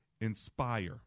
Inspire